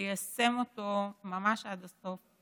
תיישם אותו ממש עד הסוף,